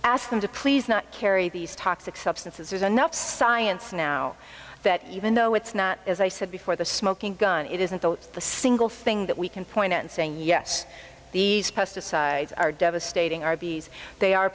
ask them to please not carry these toxic substances there's enough science now that even though it's not as i said before the smoking gun it isn't the single thing that we can point in saying yes these pesticides are devastating rbs they are